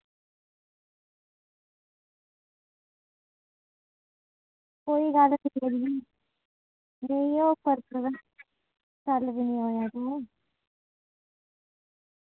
कोई गल्ल निं नेईं होग फर्क तां कल्ल बी निं आयां तूं